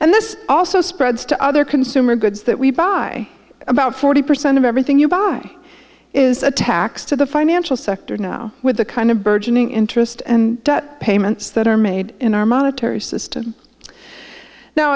this also spreads to other consumer goods that we buy about forty percent of everything you buy is a tax to the financial sector now with the kind of burgeoning interest and debt payments that are made in our monetary system now